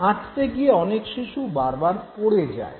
হাঁটতে গিয়ে অনেক শিশু বারবার পড়ে যায়